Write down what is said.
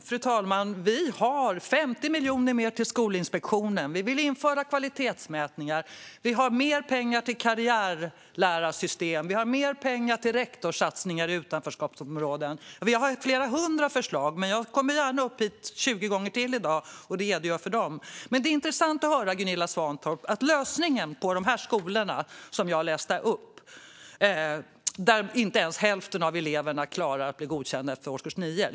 Fru talman! Vi har 50 miljoner mer till Skolinspektionen. Vi vill införa kvalitetsmätningar. Vi har mer pengar till karriärlärarsystem. Vi har mer pengar till rektorssatsningar i utanförskapsområden. Vi har flera hundra förslag, men jag kommer gärna hit tjugo gånger till i dag och redogör för dem. Det är intressant att höra Gunilla Svantorps lösning för skolorna som jag läste upp, där inte ens hälften av eleverna klarar att bli godkända efter årskurs 9.